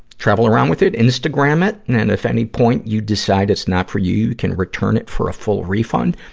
travel around with it, instagram it, and and if at any point you decide it's not for you, you can return it for a full refund.